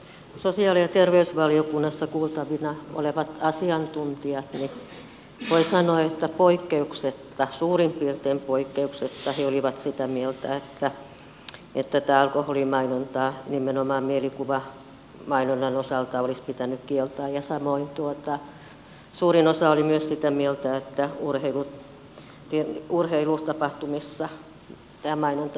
sosiaali ja terveysvaliokunnassa kuultavina olleet asiantuntijat voi sanoa poikkeuksetta suurin piirtein poikkeuksetta olivat sitä mieltä että tätä alkoholimainontaa nimenomaan mielikuvamainonnan osalta olisi pitänyt kieltää ja samoin suurin osa oli myös sitä mieltä että urheilutapahtumissa tämä mainonta pitäisi kieltää